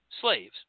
slaves